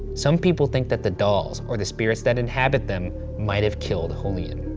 some people think that the dolls or the spirits that inhabit them might have killed julian. uhh,